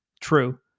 True